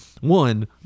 one